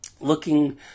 looking